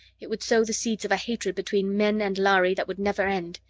it would sow the seeds of a hatred between men and lhari that would never end.